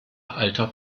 alter